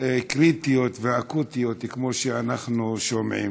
קריטיות ואקוטיות כמו שאנחנו שומעים.